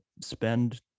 spend